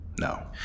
No